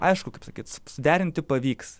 aišku kaip sakyc suderinti pavyks